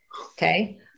Okay